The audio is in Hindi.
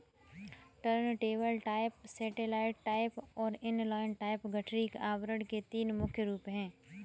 टर्नटेबल टाइप, सैटेलाइट टाइप और इनलाइन टाइप गठरी आवरण के तीन मुख्य रूप है